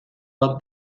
bat